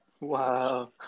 Wow